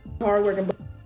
Hardworking